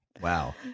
Wow